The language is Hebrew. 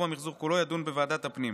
ועדת הבריאות,